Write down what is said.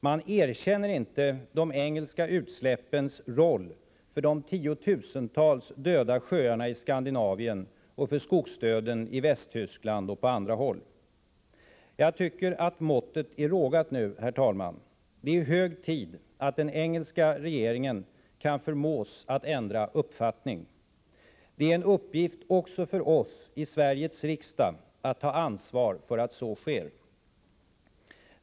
Man erkänner inte de engelska utsläppens betydelse för de tiotusentals döda sjöarna i Skandinavien och för skogsdöden i Västtyskland och på andra håll. Jag tycker att måttet nu är rågat, herr talman! Det är hög tid att den engelska regeringen förmås att ändra uppfattning. Det är en uppgift också för oss i Sveriges riksdag att ta ansvar för att så sker.